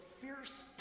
fierce